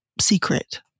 secret